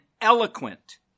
eloquent